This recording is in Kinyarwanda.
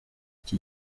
iki